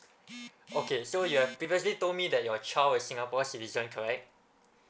okay so you have previously told me that your child is singapore citizen correct